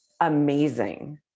amazing